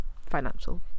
financial